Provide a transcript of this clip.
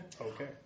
Okay